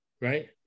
Right